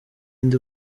indi